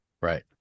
right